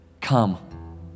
Come